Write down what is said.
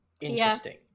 interesting